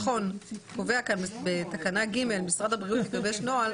הביטחון קובע בתקנה (ג) שמשרד הבריאות יגבש נוהל,